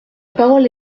parole